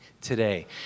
Today